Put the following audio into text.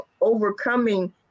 overcoming